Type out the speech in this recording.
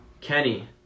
Kenny